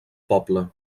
poble